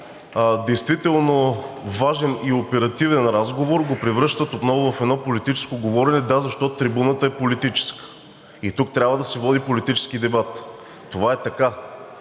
действително важен и оперативен разговор в едно политическо говорене. Да, защото трибуната е политическа и тук трябва да се води политически дебат. Това е така.